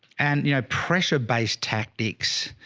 and you know, pressure based tactics,